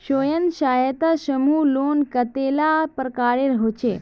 स्वयं सहायता समूह लोन कतेला प्रकारेर होचे?